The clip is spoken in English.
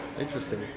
interesting